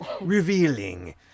revealing